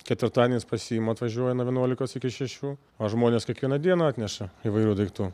ketvirtadienias pasiima atvažiuoja nuo vienuolikos iki šešių o žmonės kiekvieną dieną atneša įvairių daiktų